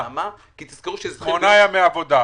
ואני אגיד לכם למה כי תזכרו -- שמונה ימי עבודה.